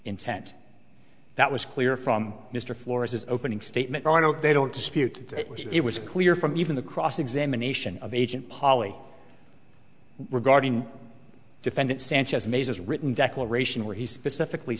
intent that was clear from mr flores his opening statement they don't dispute that it was clear from even the cross examination of agent polly regarding defendant sanchez masers written declaration where he specifically